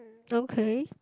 okay